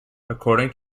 according